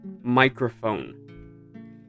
microphone